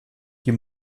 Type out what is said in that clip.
die